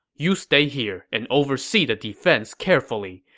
you stay here and oversee the defense carefully.